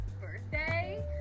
birthday